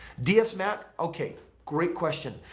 dsmatt, okay great question.